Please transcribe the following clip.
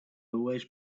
always